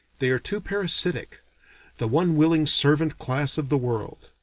they are too parasitic the one willing servant class of the world.